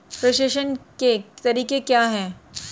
प्रेषण के तरीके क्या हैं?